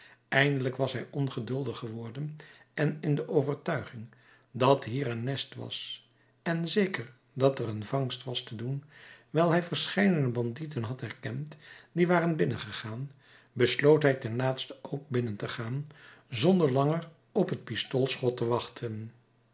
eindelijk was hij ongeduldig geworden en in de overtuiging dat hier een nest was en zeker dat er een vangst was te doen wijl hij verscheidene bandieten had herkend die waren binnengegaan besloot hij ten laatste ook binnen te gaan zonder langer op het pistoolschot te wachten